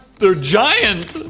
they're giant.